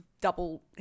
double